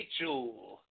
Rachel